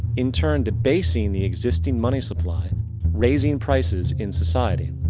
in turn, debasing the existing money supply raising prices in society.